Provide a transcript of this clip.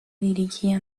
dirigía